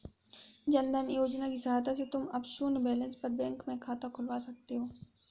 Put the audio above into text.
जन धन योजना की सहायता से तुम अब शून्य बैलेंस पर बैंक में खाता खुलवा सकते हो